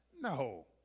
No